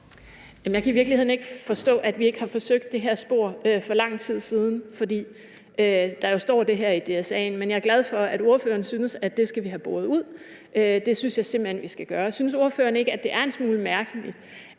Jeg kan i virkeligheden ikke forstå, at vi ikke har forsøgt det her spor for lang tid siden, fordi der jo står det her i DSA'en. Men jeg er glad for, at ordføreren synes, at det skal vi have boret ud. Det synes jeg simpelt hen vi skal gøre. Synes ordføreren ikke, at det er en smule mærkeligt,